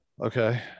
Okay